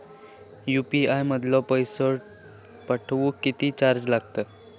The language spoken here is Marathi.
यू.पी.आय मधलो पैसो पाठवुक किती चार्ज लागात?